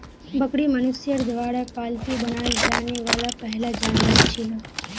बकरी मनुष्यर द्वारा पालतू बनाल जाने वाला पहला जानवरतत छिलो